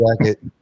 jacket